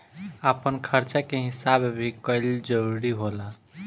आपन खर्चा के हिसाब भी कईल जरूरी होला